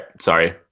Sorry